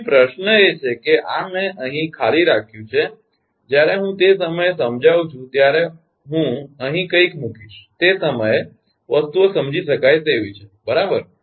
તેથી પ્રશ્ન એ છે કે આ મેં અહીં ખાલી રાખ્યું છે જ્યારે હું તે સમયે સમજાવું છું ત્યારે હું અહીં કંઈક મૂકીશ તે સમયે વસ્તુઓ સમજી શકાય તેવી છે બરાબર